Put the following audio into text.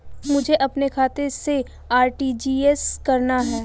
मुझे अपने खाते से आर.टी.जी.एस करना?